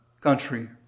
country